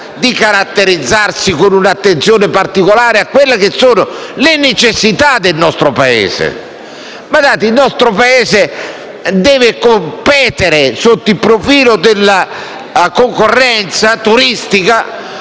si caratterizzi per un'attenzione particolare alle necessità del nostro Paese. Il nostro Paese deve competere sotto il profilo della concorrenza turistica